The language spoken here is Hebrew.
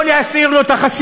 לא להסיר לו את החסינות.